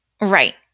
Right